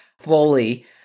fully